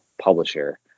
publisher